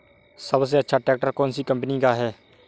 सबसे अच्छा ट्रैक्टर कौन सी कम्पनी का है?